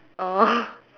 oh